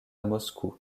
moscou